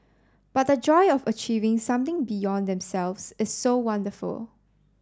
but the joy of achieving something beyond themselves is so wonderful